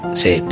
say